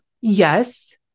Yes